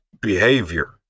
behavior